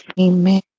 Amen